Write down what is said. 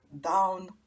down